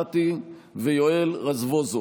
אמילי חיה מואטי ויואל רזבוזוב.